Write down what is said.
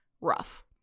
rough